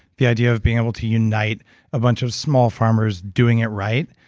the idea of being able to unite a bunch of small farmers doing it right,